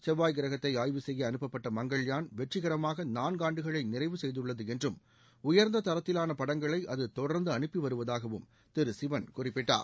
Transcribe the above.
செவ்வாய் கிரகத்தை ஆய்வு செய்ய அனுப்பப்பட்ட மங்கள்யான் வெற்றிகரமாக நான்காண்டுகளை நிறைவு செய்துள்ளது என்றும் உயர்ந்த தரத்திலாள படங்களை அது தொடர்ந்து அனுப்பிவருவதாகவும் திரு சிவன் குறிப்பிட்டார்